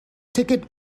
ticket